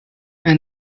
and